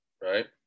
Right